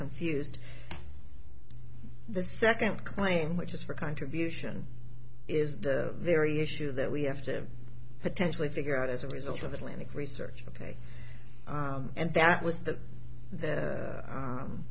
confused the second claim which is for contribution is the very issue that we have to potentially figure out as a result of atlantic research ok and that was the